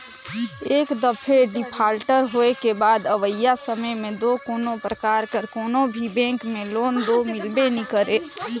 एक दफे डिफाल्टर होए के बाद अवइया समे में दो कोनो परकार कर कोनो भी बेंक में लोन दो मिलबे नी करे